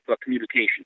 communication